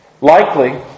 Likely